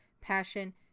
passion